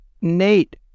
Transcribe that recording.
Nate